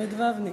למד-ווניק.